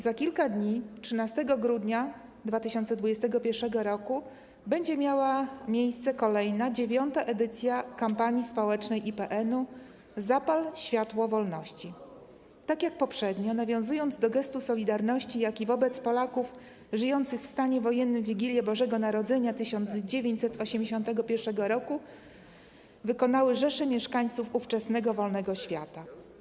Za kilka dni, 13 grudnia 2021 r. będzie miała miejsce kolejna, 9. edycja kampanii społecznej IPN-u „Zapal światło wolności” - tak jak poprzednio, nawiązując do gestu solidarności, jaki wobec Polaków żyjących w stanie wojennym w wigilię Bożego Narodzenia 1981 r. wykonały rzesze mieszkańców ówczesnego wolnego świata.